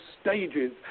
stages